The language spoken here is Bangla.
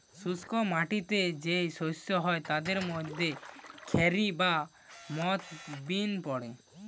শুষ্ক মাটিতে যেই শস্য হয় তাদের মধ্যে খেরি বা মথ বিন পড়ে